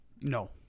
No